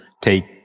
take